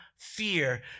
fear